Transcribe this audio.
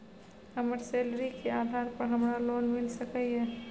हमर सैलरी के आधार पर हमरा लोन मिल सके ये?